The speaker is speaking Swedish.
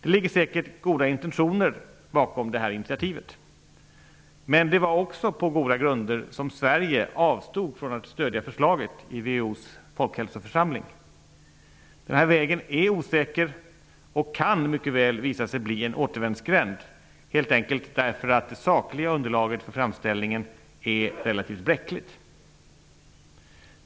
Det ligger säkert goda intentioner bakom det här initiativet, men det var också på goda grunder som Sverige avstod från att stödja förslaget i WHO:s folkhälsoförsamling. Vägen är osäker och kan mycket väl visa sig bli en återvändsgränd helt enkelt därför att det sakliga underlaget för framställningen är relativt bräckligt.